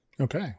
okay